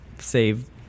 Save